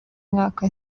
mwaka